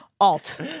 Alt